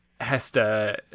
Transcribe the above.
hester